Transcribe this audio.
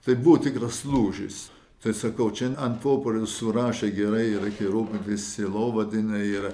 tai buvo tikras lūžis tai sakau čia ant popieriaus surašė gerai reikia rūpintis sielovadine ir